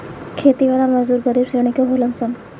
खेती वाला मजदूर गरीब श्रेणी के होलन सन